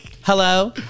hello